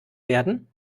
werden